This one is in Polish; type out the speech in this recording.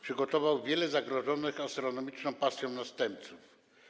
Przygotował wielu zarażonych astronomiczną pasją następców.